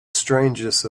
strangest